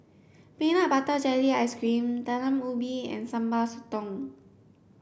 peanut butter jelly ice cream Talam Ubi and Sambal Sotong